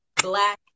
Black